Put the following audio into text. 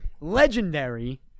legendary